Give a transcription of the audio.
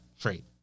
trade